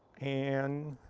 and